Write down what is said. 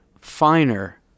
finer